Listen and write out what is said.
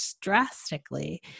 drastically